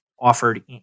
offered